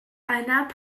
einer